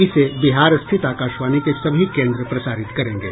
इसे बिहार स्थित आकाशवाणी के सभी केन्द्र प्रसारित करेंगे